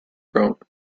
wrote